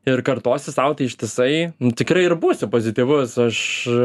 ir kartosi sau tai ištisai tikrai ir būsi pozityvus aš